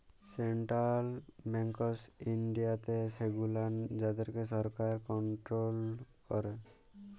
central banks ইনডিয়াতে সেগুলান যাদেরকে সরকার কনটোরোল ক্যারে